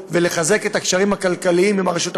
ולחזק את הקשרים הכלכליים עם הרשות הפלסטינית.